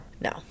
no